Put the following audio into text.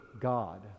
God